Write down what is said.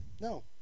No